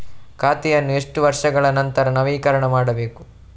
ಖಾತೆಯನ್ನು ಎಷ್ಟು ವರ್ಷಗಳ ನಂತರ ನವೀಕರಣ ಮಾಡಬೇಕು?